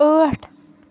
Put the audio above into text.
ٲٹھ